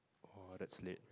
orh that's late